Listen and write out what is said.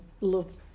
love